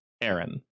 Aaron